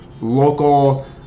local